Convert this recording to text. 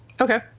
Okay